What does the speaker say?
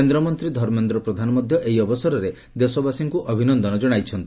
କେନ୍ଦ୍ରମନ୍ତୀ ଧର୍ମେନ୍ଦ୍ର ପ୍ରଧାନ ମଧ୍ଧ ଏହି ଅବସରରେ ଦେଶବାସୀଙ୍କୁ ଅଭିନନ୍ଦନ ଜଣାଇଛନ୍ତି